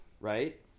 right